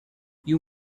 you